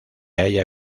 haya